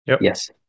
Yes